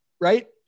right